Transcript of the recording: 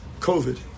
COVID